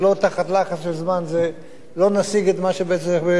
ולא תחת לחץ של זמן, לא נשיג את זה.